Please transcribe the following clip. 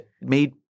made